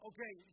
Okay